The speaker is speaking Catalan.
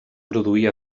produir